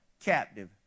captive